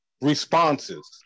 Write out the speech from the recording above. responses